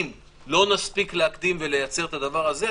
אם לא נספיק להקדים ולייצר את הדבר הזה,